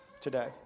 today